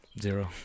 Zero